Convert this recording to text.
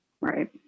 right